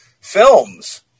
films